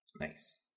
nice